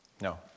No